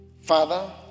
Father